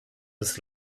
des